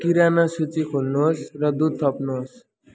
किराना सूची खोल्नु होस् र दुध थप्नु होस्